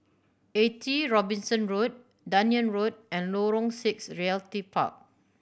Eighty Robinson Road Dunearn Road and Lorong Six Realty Park